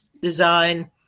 design